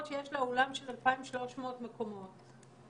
שני רקדנים שרוקדים על הבמה לא יורקים,